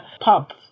pub